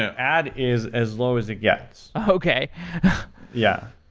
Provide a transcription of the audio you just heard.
ah add is as low as it gets. okay yeah.